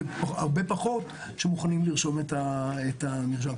והרבה פחות מוכנים לרשום את המרשם.